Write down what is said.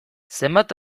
zenbat